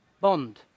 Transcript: Bond